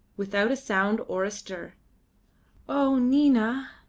without a sound or a stir. oh! nina!